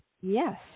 yes